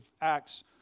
Acts